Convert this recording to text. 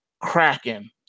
Kraken